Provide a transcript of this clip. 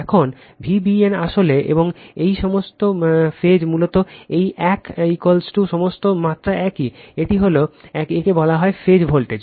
এখন Vbn আসলে এবং এই সমস্ত ফেজ মূলত এই এক সমস্ত মাত্রা একই এটি হল একে বলা হয় ফেজ ভোল্টেজ